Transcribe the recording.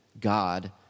God